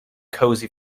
cosy